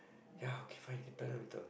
ya okay fine later then we tell